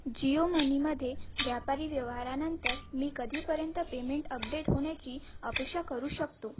जियो मनीमध्ये व्यापारी व्यवहारानंतर मी कधीपर्यंत पेमेंट अपडेट होण्याची अपेक्षा करू शकतो